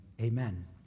amen